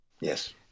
Yes